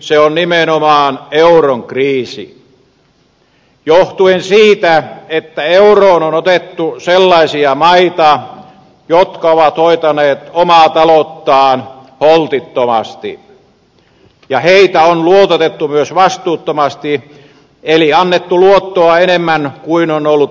se on nimenomaan euron kriisi johtuen siitä että euroon on otettu sellaisia maita jotka ovat hoitaneet omaa talouttaan holtittomasti ja joita on luototettu myös vastuuttomasti eli annettu luottoa enemmän kuin on ollut maksukykyä